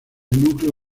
núcleo